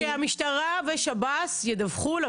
כרגע המשטרה לא מדווחת,